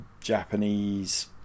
Japanese